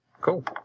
Cool